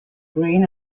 green